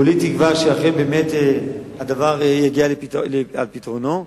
כולי תקווה שהדבר אכן יבוא על פתרונו.